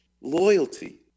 loyalty